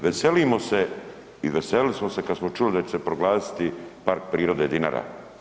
Veselimo se i veselili smo se kad smo čuli da će se proglasiti Park prirode Dinara.